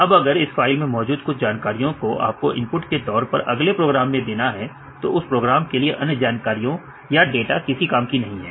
अब अगर इस फाइल में मौजूद कुछ जानकारियों को आपको इनपुट के तौर पर अगले प्रोग्राम में देना है तो उस प्रोग्राम के लिए अन्य जानकारियां या डाटा किसी काम की नहीं है